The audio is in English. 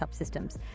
subsystems